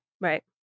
right